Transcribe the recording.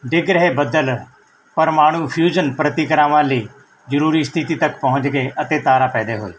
ਡਿੱਗ ਰਹੇ ਬੱਦਲ ਪਰਮਾਣੂ ਫਿਊਜ਼ਨ ਪ੍ਰਤੀਕਰਮਾਂ ਲਈ ਜ਼ਰੂਰੀ ਸਥਿਤੀ ਤੱਕ ਪਹੁੰਚ ਗਏ ਅਤੇ ਤਾਰੇ ਪੈਦਾ ਹੋਏ